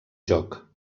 joc